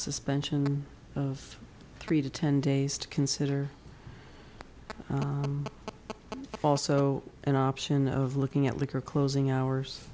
suspension of three to ten days to consider also an option of looking at liquor closing hours